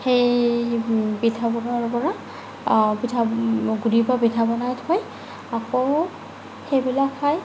সেই পিঠাগুড়াৰ পৰা পিঠা গুড়িৰ পৰা পিঠা বনাই থৈ আকৌ সেইবিলাক খায়